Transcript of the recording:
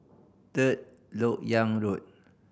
Third Lok Yang Road